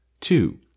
Two